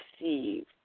receive